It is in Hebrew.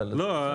לא,